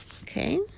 Okay